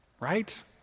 right